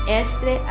este